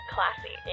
Classy